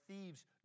thieves